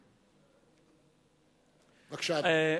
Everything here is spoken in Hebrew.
בבקשה, אדוני.